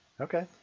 okay